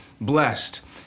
blessed